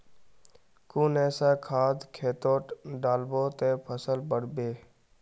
कुन ऐसा खाद खेतोत डालबो ते फसल बढ़बे?